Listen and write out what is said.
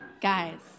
Guys